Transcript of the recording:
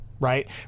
Right